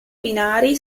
binari